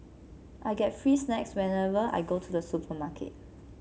I get free snacks whenever I go to the supermarket